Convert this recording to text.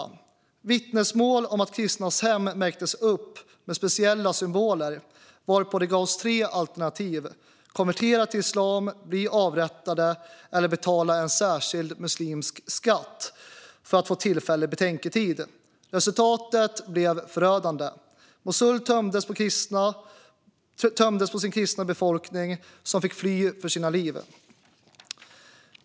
Det har kommit vittnesmål om att kristnas hem märktes upp med speciella symboler, varpå de gavs tre alternativ: konvertera till islam, bli avrättade eller betala en särskild muslimsk skatt för att få tillfällig betänketid. Resultatet blev förödande. Mosul tömdes på sin kristna befolkning, som fick fly för sina liv.